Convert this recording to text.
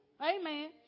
Amen